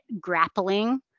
grappling